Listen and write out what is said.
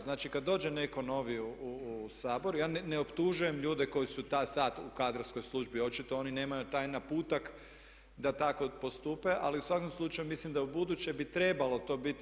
Znači kada dođe netko novi u Sabor ja ne optužujem ljude koji su sad u kadrovskoj službi, očito oni nemaju taj naputak da tako postupe ali u svakom slučaju mislim da ubuduće bi trebalo to biti.